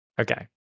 Okay